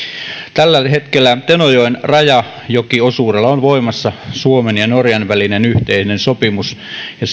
tällä hetkellä tenojoen rajajokiosuudella on voimassa suomen ja norjan välinen yhteinen sopimus ja